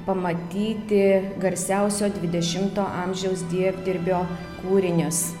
pamatyti garsiausio dvidešimto amžiaus dievdirbio kūrinius